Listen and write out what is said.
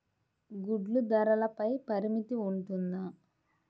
గుడ్లు ధరల పై పరిమితి ఉంటుందా?